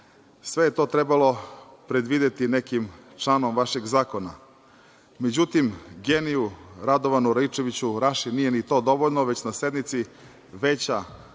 Sve je to trebalo predvideti nekim članom vašeg zakona. Međutim, geniju Radovanu Raičeviću Raši nije ni to dovoljno, već na sednici veća,